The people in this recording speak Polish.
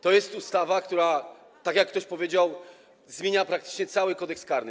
To jest ustawa, która, tak jak ktoś powiedział, zmienia praktycznie cały Kodeks karny.